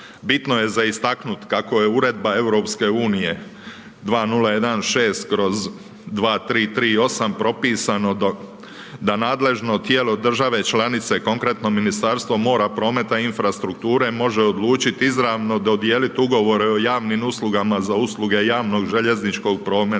Bitno je za istaknuti kako je uredba EU 2016/2338 propisano da nadležno tijelo države članice, konkretno Ministarstvo mora, prometa i infrastrukture, može odlučiti izrano dodijeliti ugovore o javnim uslugama za usluge javnog željezničkog prijevoza,